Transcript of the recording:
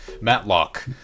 Matlock